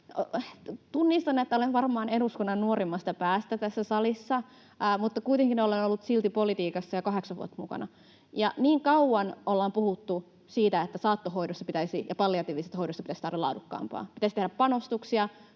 Tunnistan, että olen varmaan eduskunnan nuorimmasta päästä tässä salissa, mutta kuitenkin olen ollut silti politiikassa jo kahdeksan vuotta mukana, ja niin kauan ollaan puhuttu siitä, että saattohoidosta ja palliatiivisesta hoidosta pitäisi saada laadukkaampaa, pitäisi tehdä panostuksia,